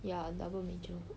ya double major